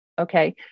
Okay